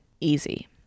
easy